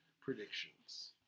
predictions